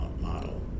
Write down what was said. model